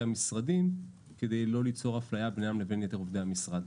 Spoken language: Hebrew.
המשרדים כדי לא לצור הפליה בינם לבין יתר עובדי המשרד.